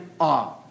awe